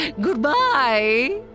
Goodbye